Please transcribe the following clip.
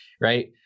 Right